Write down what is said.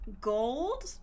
gold